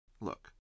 Look